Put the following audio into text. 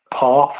path